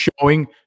showing